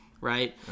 right